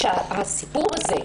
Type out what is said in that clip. שהסיפור הזה,